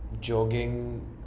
jogging